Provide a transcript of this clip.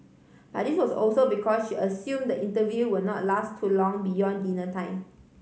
but this was also because she assumed the interview will not last too long beyond dinner time